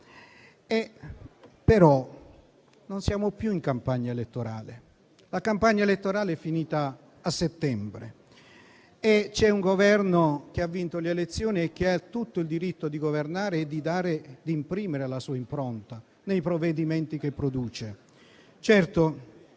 Però non siamo più in campagna elettorale. La campagna elettorale è finita a settembre e c'è un Governo che ha vinto le elezioni e che ha tutto il diritto di governare e di imprimere la sua impronta, ai provvedimenti che produce.